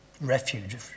refuge